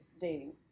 dating